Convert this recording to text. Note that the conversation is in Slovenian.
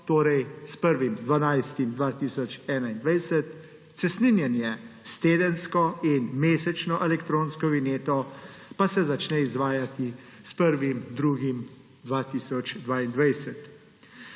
torej s 1. 12. 2021. Cestninjenje s tedensko in mesečno elektronsko vinjeto pa se začne izvajati s 1. 2. 2022.